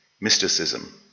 mysticism